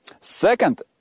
Second